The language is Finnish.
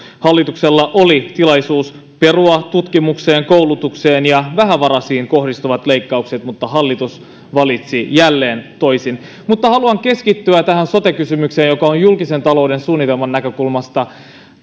hallituksella oli tilaisuus perua tutkimukseen koulutukseen ja vähävaraisiin kohdistuvat leikkaukset mutta hallitus valitsi jälleen toisin mutta haluan keskittyä tähän sote kysymykseen joka on julkisen talouden suunnitelman näkökulmasta